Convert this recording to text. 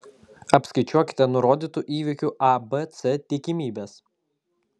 apskaičiuokite nurodytų įvykių a b c tikimybes